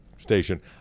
Station